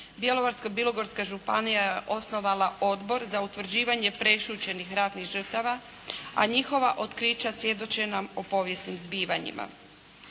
Bjelovarsko-bilogorska županija je osnovala Odbor za utvrđivanje prešućenih ratnih žrtava a njihova otkrića svjedoče nam o povijesnim zbivanjima.